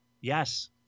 Yes